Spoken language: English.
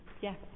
Yes